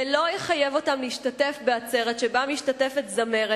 ולא יחייב אותם להשתתף בעצרת שבה משתתפת זמרת,